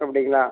அப்படிங்களா